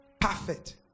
perfect